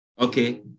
Okay